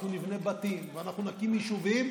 אנחנו נבנה בתים ואנחנו נקים יישובים,